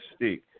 mystique